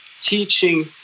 teaching